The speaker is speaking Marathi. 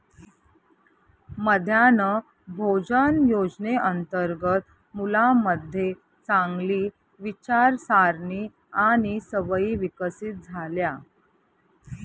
मध्यान्ह भोजन योजनेअंतर्गत मुलांमध्ये चांगली विचारसारणी आणि सवयी विकसित झाल्या